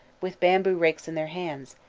with bamboo rakes in their hands,